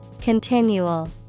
Continual